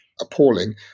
appalling